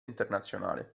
internazionale